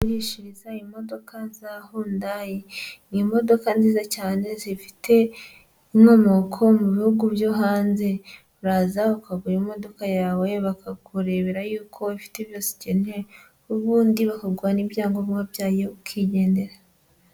Gurishiriza imodoka za hundayi, ni imodoka nziza cyane, zifite inkomoko mu bihugu byo hanze, uraza bakagura imodoka yawe bakakurebera yuko ifite byose ukeneye, ubundi bakaguha n'ibyangombwa byayo ukigendera.